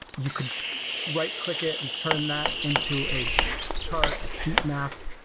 you can right-click it and turn that into a chart, a heat map.